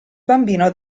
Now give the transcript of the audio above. bambino